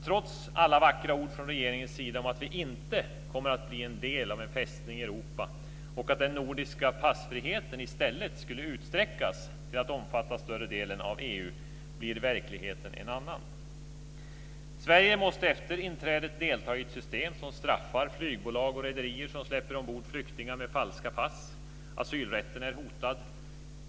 Trots alla vackra ord från regeringens sida om att vi inte kommer att bli en del av en Fästning Europa och att den nordiska passfriheten i stället skulle utsträckas till att omfatta större delen av EU blir verkligheten en annan. Sverige måste efter inträdet delta i ett system som straffar flygbolag och rederier som släpper ombord flyktingar med falska pass. Asylrätten är hotad.